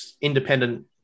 independent